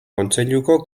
kontseiluko